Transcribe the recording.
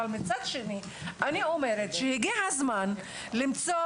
אבל מצד שני אני אומרת שהגיע הזמן למצוא